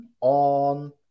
on